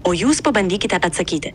o jūs pabandykite atsakyti